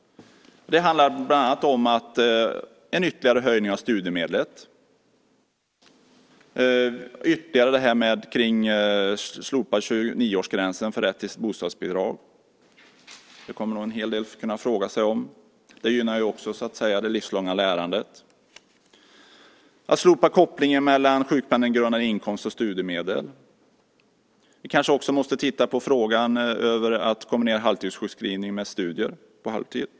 Det handlar bland annat om en ytterligare höjning av studiemedlet. Det handlar om att slopa 29-årsgränsen för rätt till bostadsbidrag. Det kommer nog en hel del att fråga om. Det gynnar också det livslånga lärandet. Det handlar om att slopa kopplingen mellan sjukpenninggrundande inkomst och studiemedel. Vi kanske också måste titta på frågan om att kombinera halvtidssjukskrivning med studier på halvtid.